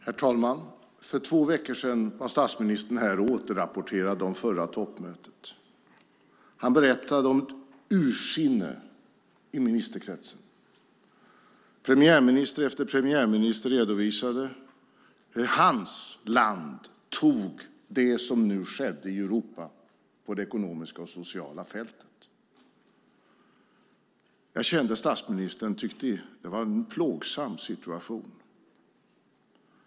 Herr talman! För två veckor sedan var statsministern här och återrapporterade om förra toppmötet. Han berättade om ursinne i ministerkretsen. Premiärminister efter premiärminister redovisade hur hans land tog det som nu skedde i Europa på det ekonomiska och sociala fältet. Jag kände att statsministern tyckte att det var en plågsam situation.